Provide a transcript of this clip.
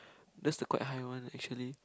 that's the quite high one actually